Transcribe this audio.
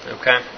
Okay